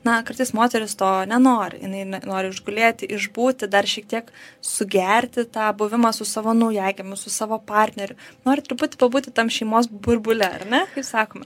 na kartais moteris to nenori jinai ne nori išgulėti išbūti dar šiek tiek sugerti tą buvimą su savo naujagimiu su savo partneriu nori truputį pabūti tam šeimos burbule ar ne sakoma